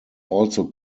also